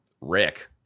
Rick